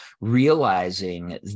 realizing